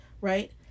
right